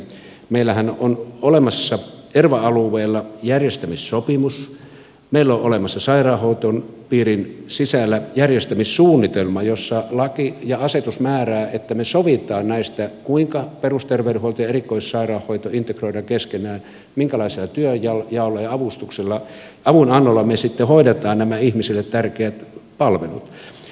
meillähän on olemassa erva alueella järjestämissopimus meillä on olemassa sairaanhoitopiirin sisällä järjestämissuunnitelma jossa laki ja asetus määräävät että me sovimme näistä kuinka perusterveydenhuolto ja erikoissairaanhoito integroidaan keskenään minkälaisella työnjaolla ja avunannolla me sitten hoidamme nämä ihmisille tärkeät palvelut